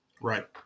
Right